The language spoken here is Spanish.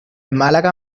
málaga